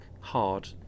hard